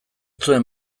zuen